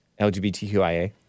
LGBTQIA